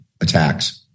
attacks